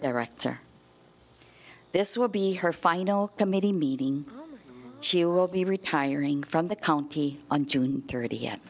director this will be her final committee meeting she will be retiring from the county on june thirt